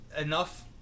enough